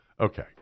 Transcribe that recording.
Okay